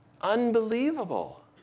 unbelievable